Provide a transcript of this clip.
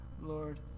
Lord